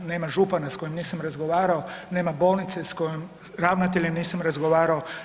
Nema župana sa kojim nisam razgovarao, nema bolnice sa kojim ravnateljem nisam razgovarao.